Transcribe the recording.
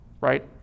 right